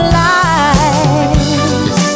lies